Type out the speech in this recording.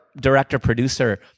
director-producer